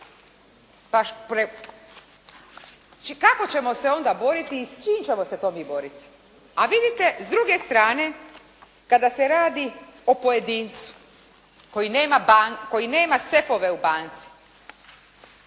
tajnu. Kako ćemo se onda boriti i s čim ćemo se to mi boriti? A vidite s druge strane kada se radi o pojedincu koji nema sefove u banci,